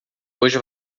hoje